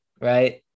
Right